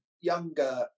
younger